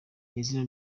izina